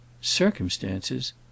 Circumstances